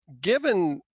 given